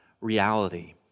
reality